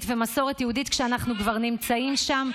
ומסורת יהודית כשאנחנו כבר נמצאים שם,